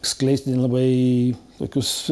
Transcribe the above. skleisti nelabai tokius